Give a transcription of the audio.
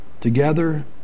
together